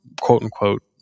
quote-unquote